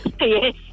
Yes